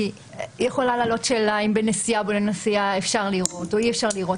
כי יכולה להעלות שאלה אם בנסיעה אפשר לראות או אי-אפשר לראות.